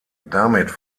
damit